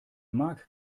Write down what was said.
mag